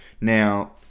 Now